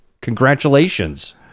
Congratulations